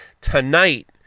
tonight